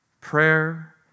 prayer